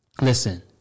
listen